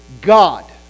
God